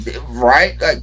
Right